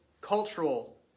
cultural